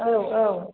औ औ